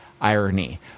Irony